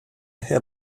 had